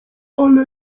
ale